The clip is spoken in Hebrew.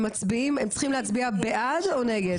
הם צריכים להצביע בעד או נגד.